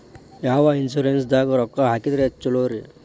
ಯಾವ ಇನ್ಶೂರೆನ್ಸ್ ದಾಗ ರೊಕ್ಕ ಹಾಕಿದ್ರ ಛಲೋರಿ?